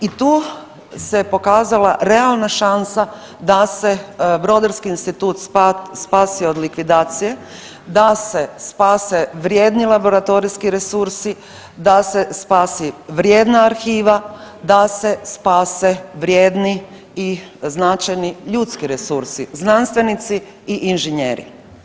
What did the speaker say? I tu se pokazala realna šansa da se Brodarski institut spasi od likvidacije, da se spase vrijedni laboratorijski resursi, da se spasi vrijedna arhiva, da se spase vrijedni i značajni ljudski resursi, znanstvenici i inženjeri.